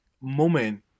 moment